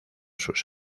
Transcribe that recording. sus